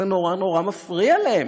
זה נורא נורא מפריע להם.